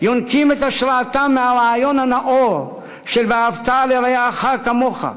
יונקים את השראתם מהרעיון הנאור של "ואהבת לרעך כמוך",